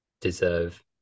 deserve